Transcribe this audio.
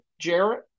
Jarrett